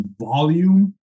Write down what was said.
volume